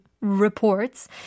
reports